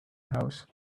house